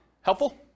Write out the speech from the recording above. Helpful